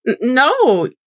no